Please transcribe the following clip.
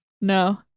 No